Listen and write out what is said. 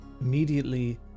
immediately